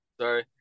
sorry